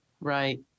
right